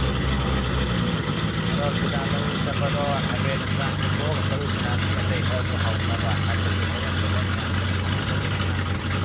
ꯑꯥ ꯑꯗꯣ ꯐꯤꯗꯥ ꯂꯧ ꯆꯠꯄꯗꯣ ꯍꯥꯏꯐꯦꯠ ꯏꯕꯥꯟꯅꯤ ꯊꯣꯛꯑꯒ ꯆꯠꯂꯨꯁꯤꯅꯥ ꯃꯤ ꯑꯇꯩ ꯈꯔꯁꯨ ꯍꯧꯅꯕ ꯍꯥꯏꯕꯗꯤ ꯍꯣꯔꯦꯟ ꯄꯨꯂꯞ ꯃꯌꯥꯝ ꯄꯨꯟꯅ ꯁꯥꯟꯅꯃꯤꯟꯅꯗꯣꯏꯅꯤꯅ